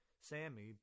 Sammy